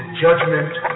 judgment